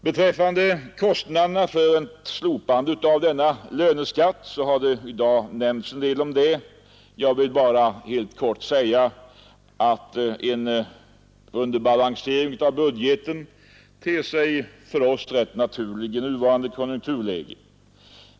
Beträffande kostnaderna för ett slopande av löneskatten — det har i dag nämnts en del om det — vill jag bara helt kort säga att en underbalansering av budgeten för oss ter sig rätt naturlig i nuvarande konjunkturläge.